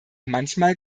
manchmal